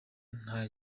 nta